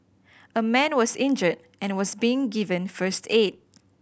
a man was injured and was being given first aid